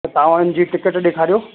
तव्हां वञण जी टिकट ॾेखारियो